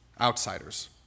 outsiders